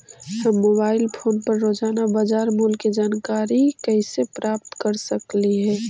हम mobile phone पर रोजाना बाजार मूल्य के जानकारी कैसे प्राप्त कर सकली हे?